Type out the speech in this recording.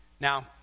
Now